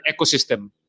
ecosystem